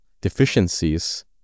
deficiencies